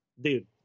Dude